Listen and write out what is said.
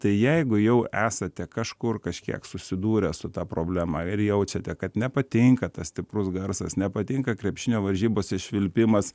tai jeigu jau esate kažkur kažkiek susidūrę su ta problema ir jaučiate kad nepatinka tas stiprus garsas nepatinka krepšinio varžybose švilpimas